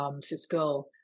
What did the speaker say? Cisco